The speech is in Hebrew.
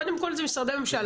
קודם כל זה משרדי הממשלה,